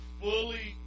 fully